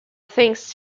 thinks